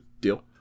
deal